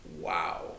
wow